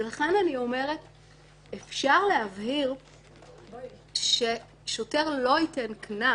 לכן אפשר להבהיר ששוטר לא ייתן קנס